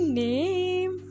name